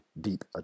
deep